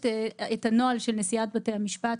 שלום לכולם, אני מתכבדת לפתוח את הדיון.